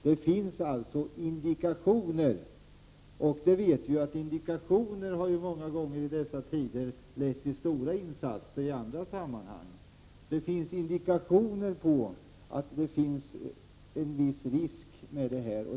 Det finns alltså indikationer — vi vet ju att indikationer i andra sammanhang många gånger har lett till stora insatser i dessa tider — på att det finns en viss risk med det här.